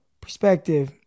perspective